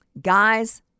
Guys